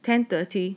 ten thirty